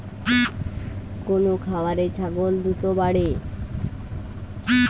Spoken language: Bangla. কোন খাওয়ারে ছাগল দ্রুত বাড়ে?